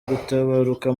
gutabaruka